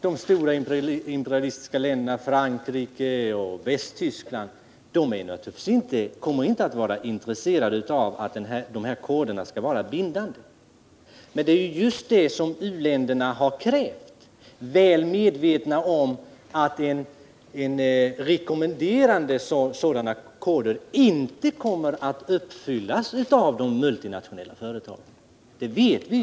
De stora imperialistiska länderna Frankrike och Västtyskland är naturligtvis inte intresserade av att dessa koger skall vara bindande. Men det är just vad u-länderna har krävt. De är väl medvetna om att en rekommendation om sådana koder inte kommer att uppfyllas av de multinationella företagen.